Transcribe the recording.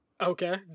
Okay